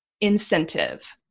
incentive